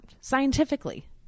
scientifically